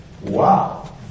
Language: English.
wow